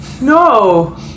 No